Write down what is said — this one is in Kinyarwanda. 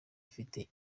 bifite